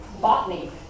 botany